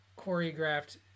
choreographed